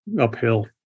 uphill